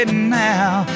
now